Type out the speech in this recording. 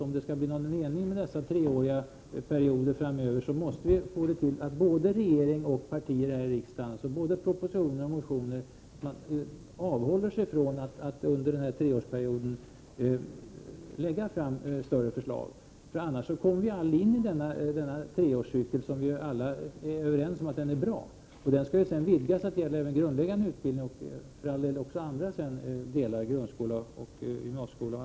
Om det skall bli någon mening med de treåriga perioderna framöver måste både regering och oppositionspartier här i riksdagen avhålla sig från att under innevarande treårsperiod lägga fram större förslag. I annat fall kommer man aldrig in i treårscykeln, trots att vi alla är överens om att den är bra. Dess tillämpning skall sedan vidgas till att gälla även grundläggande utbildning och annan utbildning, t.ex. grundskolan och gymnasieskolan.